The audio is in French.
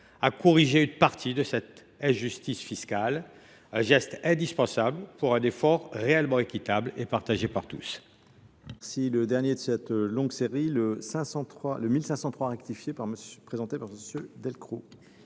à corriger une partie de cette injustice fiscale : il s’agit d’un geste indispensable pour un effort réellement équitable et partagé par tous.